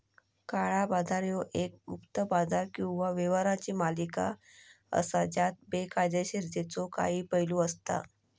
काळा बाजार ह्यो एक गुप्त बाजार किंवा व्यवहारांची मालिका असा ज्यात बेकायदोशीरतेचो काही पैलू असता